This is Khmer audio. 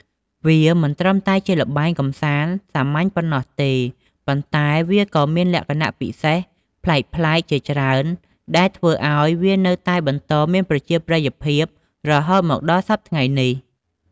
វាមិនត្រឹមតែជាល្បែងកម្សាន្តសាមញ្ញប៉ុណ្ណោះទេ ប៉ុន្តែវាក៏មានលក្ខណៈពិសេសប្លែកៗជាច្រើន ដែលធ្វើឱ្យវានៅតែបន្តមានប្រជាប្រិយភាពរហូតមកដល់សព្វថ្ងៃនេះ។